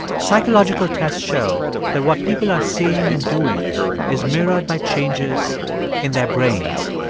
psychological tests show that what people are seeing and doing is mirrored by changes in their brains.